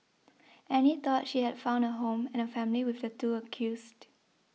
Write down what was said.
Annie thought she had found a home and a family with the two accused